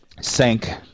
sank